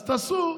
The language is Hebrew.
אז תעשו,